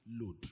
load